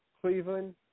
Cleveland